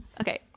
okay